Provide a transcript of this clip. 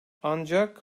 ancak